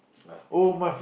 I was a kid